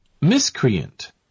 Miscreant